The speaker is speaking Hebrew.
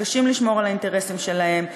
מתקשים לשמור על האינטרסים שלהם,